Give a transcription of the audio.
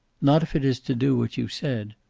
not if it is to do what you said.